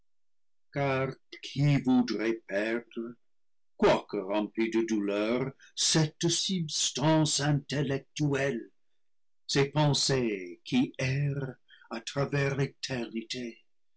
qui voudrait perdre quoique remplies de douleur cette substance intellectuelle ces pensées qui errent à travers